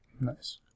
Nice